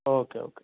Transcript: okay okay